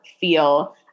feel